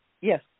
Yes